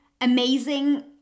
amazing